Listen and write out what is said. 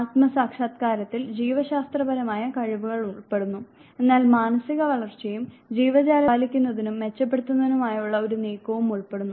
ആത്മ സാക്ഷാത്കാരത്തിൽ ജീവശാസ്ത്രപരമായ കഴിവുകൾ ഉൾപ്പെടുന്നു എന്നാൽ മാനസിക വളർച്ചയും ജീവജാലത്തെ പരിപാലിക്കുന്നതിനും മെച്ചപ്പെടുത്തുന്നതിനുമുള്ള ഒരു നീക്കവും ഉൾപ്പെടുന്നു